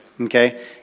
Okay